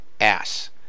ass